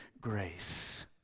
grace